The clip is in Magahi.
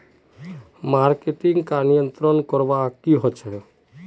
मार्केटिंग का नियंत्रण की करवा होचे?